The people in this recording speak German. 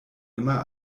immer